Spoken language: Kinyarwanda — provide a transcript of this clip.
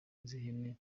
n’ihene